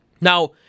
Now